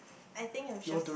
I think it was just